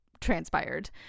transpired